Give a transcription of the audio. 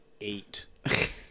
eight